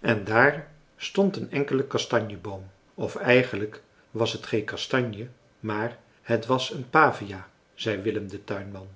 en daar stond een enkele kastanjeboom of eigenlijk was het geen kastanje maar het was een pavia zei willem de tuinman